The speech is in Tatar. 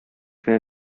кенә